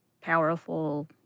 powerful